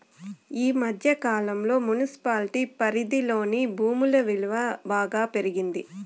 ఈ మధ్య కాలంలో మున్సిపాలిటీ పరిధిలోని భూముల విలువ బాగా పెరిగింది